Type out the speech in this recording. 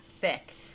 thick